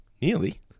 Nearly